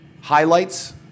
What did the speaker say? Highlights